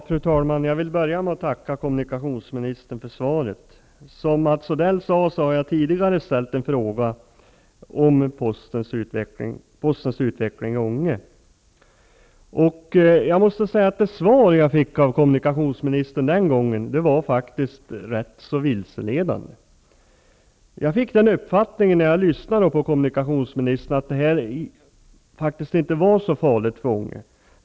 Fru talman! Jag vill börja med att tacka kommunikationsministern för svaret. Som Mats Odell sade har jag tidigare ställt en fråga om postens utveckling i Ånge. Det svar jag fick av kommunikationsministern den gången var rätt vilseledande. Jag fick den uppfattningen när jag lyssnade på kommunikationsministern att det faktiskt inte var så farligt för Ånge.